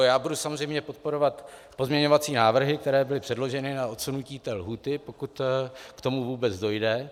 Já budu samozřejmě podporovat pozměňovací návrhy, které byly předneseny, a odsunutí té lhůty, pokud k tomu vůbec dojde.